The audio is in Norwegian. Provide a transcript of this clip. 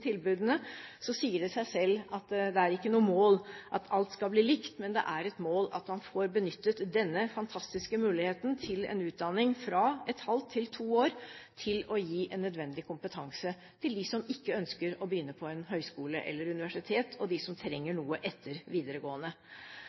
tilbudene, at det ikke er noe mål at alt skal bli likt, men det er et mål at man får benyttet denne fantastiske muligheten til en utdanning fra et halvt til to år til å gi en nødvendig kompetanse til dem som ikke ønsker å begynne på høyskole eller universitet, og dem som trenger noe etter videregående.